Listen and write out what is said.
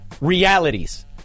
realities